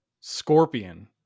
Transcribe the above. Scorpion